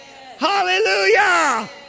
Hallelujah